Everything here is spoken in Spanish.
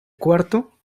cuarto